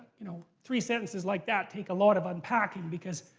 you know three sentences like that take a lot of unpacking because,